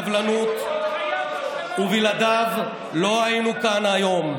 וסבלנות, ובלעדיו לא היינו כאן היום.